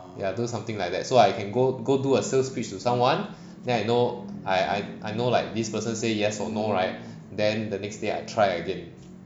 ya do something like that so I can go go do a sales pitch to someone then I know I I I know like this person say yes or no right then the next day I try again